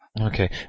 Okay